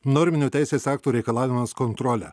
norminių teisės aktų reikalavimams kontrolę